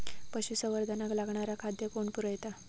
पशुसंवर्धनाक लागणारा खादय कोण पुरयता?